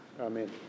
Amen